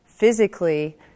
physically